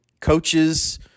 coaches